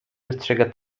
wystrzega